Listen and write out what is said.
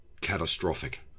catastrophic